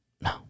No